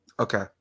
Okay